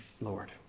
Lord